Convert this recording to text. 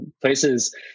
places